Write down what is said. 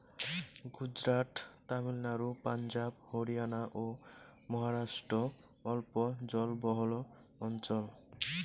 গুজরাট, তামিলনাড়ু, পাঞ্জাব, হরিয়ানা ও মহারাষ্ট্র অল্প জলবহুল অঞ্চল